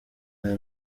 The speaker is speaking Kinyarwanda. nka